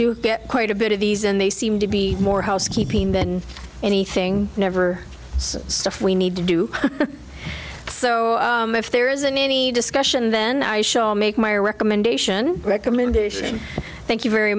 do get quite a bit of these and they seem to be more housekeeping than anything never stuff we need to do so if there isn't any discussion then i shall make my recommendation recommendation thank you very